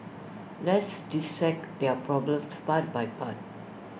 let's dissect their problem part by part